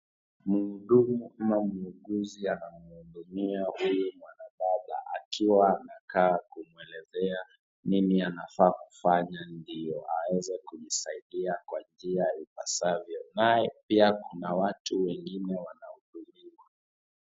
Mhudumu ama muuguzi anamhudumia huyu mwanadada akiwa amekaa kumwelezea nini anafaa kufanya ndiyo aweze kujisaidia kwa njia ipasavyo. Naye pia kuna watu wengine wanahudumiwa.